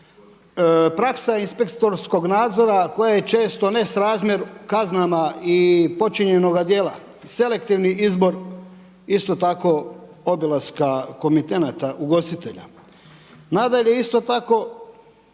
Praksa inspektorskog nadzora koje je često nesrazmjer kaznama i počinjenoga djela, selektivni izbor isto tako obilaska komitenata ugostitelja. Nadalje, isto tako